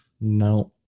No